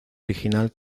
original